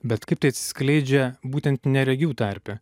bet kaip tai atskleidžia būtent neregių tarpe